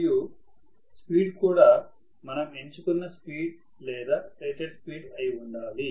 మరియు స్పీడ్ కూడామనం ఎంచుకున్న స్పీడ్లేదా రేటెడ్ స్పీడ్ అయి ఉండాలి